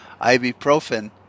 Ibuprofen